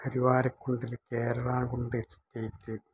കരിവാര കുണ്ടിൽ കേരളകുണ്ട് എസ്റ്റേറ്റ്